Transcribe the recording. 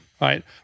right